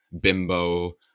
bimbo